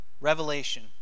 Revelation